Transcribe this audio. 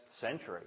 century